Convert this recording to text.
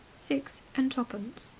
six and twopence,